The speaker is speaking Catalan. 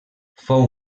fou